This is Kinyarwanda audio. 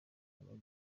abagabo